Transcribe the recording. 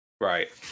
Right